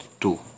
two